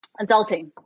Adulting